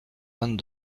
vingt